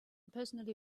personally